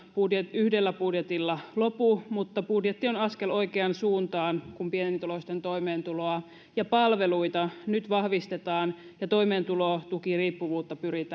yhdellä budjetilla lopu mutta budjetti on askel oikeaan suuntaan kun pienituloisten toimeentuloa ja palveluita nyt vahvistetaan ja toimeentulotukiriippuvuutta pyritään